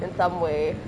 in some way